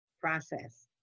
process